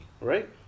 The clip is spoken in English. Right